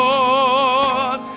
Lord